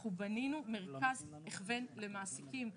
אנחנו בנינו מרכז הכוון למעסיקים.